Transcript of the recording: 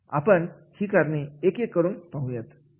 आपण ही कारणे एक एक करून पाहूयात